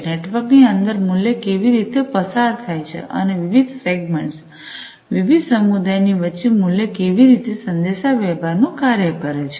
network ની અંદર મૂલ્ય કેવી રીતે પસાર થાય છે અને વિવિધ સેગ્મેંટ્સ વિવિધ સમુદાયની વચ્ચે મૂલ્ય કેવી રીતે સંદેશા વ્યવહારનું કાર્ય કરે છે